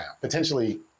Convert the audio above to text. Potentially